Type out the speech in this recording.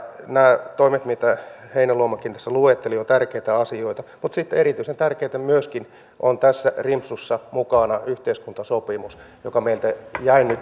nämä toimet mitä heinäluomakin tässä luetteli ovat tärkeitä asioita mutta sitten erityisen tärkeä myöskin se on tässä rimpsussa mukana on yhteiskuntasopimus joka meiltä jäi nyt tekemättä